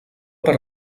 per